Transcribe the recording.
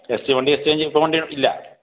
എക്സ്ചേ വണ്ടി എക്സ്ചേഞ്ച് ചെയ്യാൻ ഇപ്പോൾ വണ്ടി ഇല്ല